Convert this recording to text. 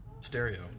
stereo